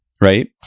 right